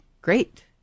Great